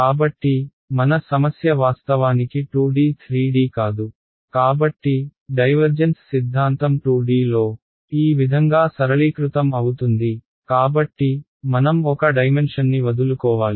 కాబట్టి మన సమస్య వాస్తవానికి 2D 3D కాదు కాబట్టి డైవర్జెన్స్ సిద్ధాంతం 2D లో ఈ విధంగా సరళీకృతం అవుతుంది కాబట్టి మనం ఒక డైమెన్షన్ని వదులుకోవాలి